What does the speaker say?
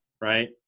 Right